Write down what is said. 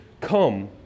come